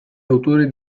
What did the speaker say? autore